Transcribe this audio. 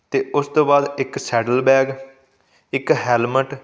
ਅਤੇ ਉਸ ਤੋਂ ਬਾਅਦ ਇੱਕ ਸੈਡਲ ਬੈਗ ਇੱਕ ਹੈਲਮਟ